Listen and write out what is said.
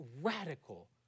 radical